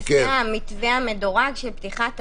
לפי המתווה המדורג של פתיחת המשק,